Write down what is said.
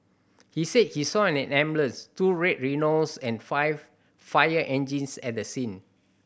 he said he saw an ambulance two Red Rhinos and five fire engines at the scene